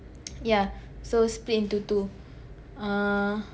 ya so split into two uh